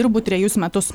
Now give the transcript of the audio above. dirbu trejus metus